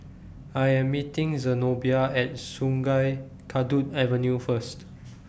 I Am meeting Zenobia At Sungei Kadut Avenue First